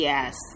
Yes